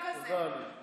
קדימה, תוביל.